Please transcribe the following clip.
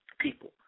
People